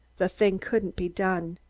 the thing couldn't be done.